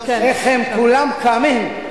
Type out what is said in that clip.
איך הם כולם קמים.